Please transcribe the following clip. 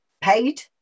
paid